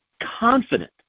confident